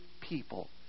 people